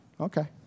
Okay